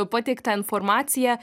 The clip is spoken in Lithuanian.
pateiktą informaciją